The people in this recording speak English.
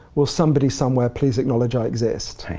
will somebody somewhere please acknowledge i exist?